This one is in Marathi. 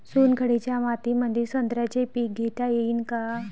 चुनखडीच्या मातीमंदी संत्र्याचे पीक घेता येईन का?